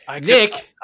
Nick